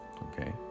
Okay